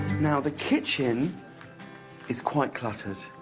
now the kitchen is quite cluttered.